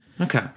Okay